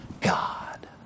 God